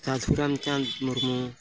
Sadhu Ramchand Murmu